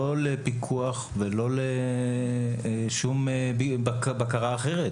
לא לפיקוח ולא לשום בקרה אחרת.